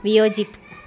വിയോജിപ്പ്